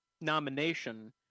nomination